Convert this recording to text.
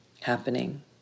happening